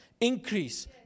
increase